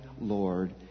Lord